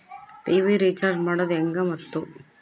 TV recharge ಮಾಡೋದು ಹೆಂಗ ಮತ್ತು?